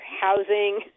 housing